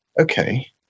Okay